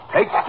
Take